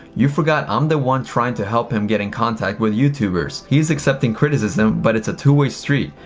you forgot i'm the one trying to help him get in contact with youtubers. he is accepting criticism but it's a two-way street.